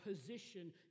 position